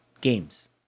games